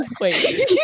Wait